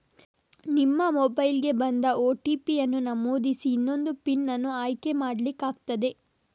ನಿಮ್ಮ ಮೊಬೈಲಿಗೆ ಬಂದ ಓ.ಟಿ.ಪಿ ಅನ್ನು ನಮೂದಿಸಿ ಇನ್ನೊಂದು ಪಿನ್ ಅನ್ನು ಆಯ್ಕೆ ಮಾಡ್ಲಿಕ್ಕೆ ಆಗ್ತದೆ